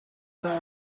cry